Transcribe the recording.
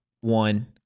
one